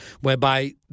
whereby